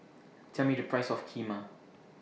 Tell Me The Price of Kheema